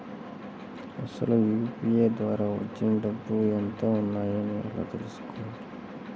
అసలు యూ.పీ.ఐ ద్వార వచ్చిన డబ్బులు ఎంత వున్నాయి అని ఎలా తెలుసుకోవాలి?